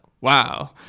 wow